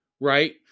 right